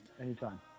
Anytime